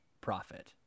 profit